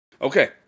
Okay